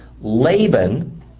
Laban